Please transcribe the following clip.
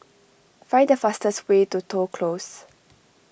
find the fastest way to Toh Close